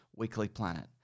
weeklyplanet